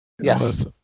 Yes